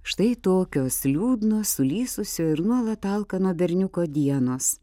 štai tokios liūdnos sulysusio ir nuolat alkano berniuko dienos